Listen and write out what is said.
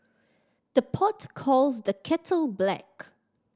the pot calls the kettle black